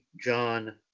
John